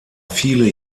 viele